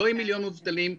לא עם מיליון מובטלים זמניים.